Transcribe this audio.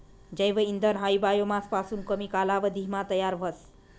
जैव इंधन हायी बायोमास पासून कमी कालावधीमा तयार व्हस